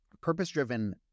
purpose-driven